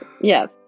Yes